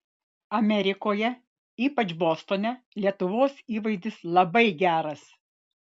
amerikoje ypač bostone lietuvos įvaizdis labai geras